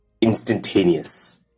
instantaneous